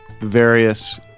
Various